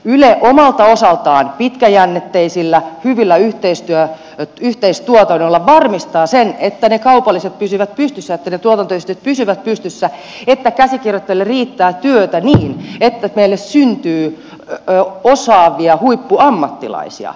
yle omalta osaltaan pitkäjännitteisillä hyvillä yhteistuotannoilla varmistaa sen että ne kaupalliset pysyvät pystyssä että ne tuotantoyhtiöt pysyvät pystyssä että käsikirjoittajille riittää työtä niin että meille syntyy osaavia huippuammattilaisia